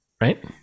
right